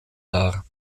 dar